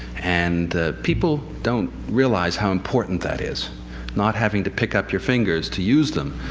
and people don't realize how important that is not having to pick up your fingers to use them.